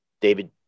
David